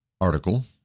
article